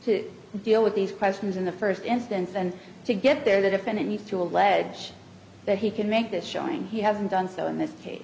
to deal with these questions in the first instance and to get there the defendant needs to allege that he can make this showing he hasn't done so in this case